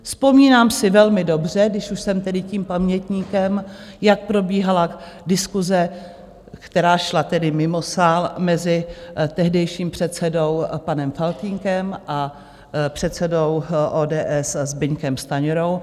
Vzpomínám si velmi dobře, když už jsem tedy tím pamětníkem, jak probíhala diskuse, která šla tedy mimo sál, mezi tehdejším předsedou panem Faltýnkem a předsedou ODS Zbyňkem Stanjurou.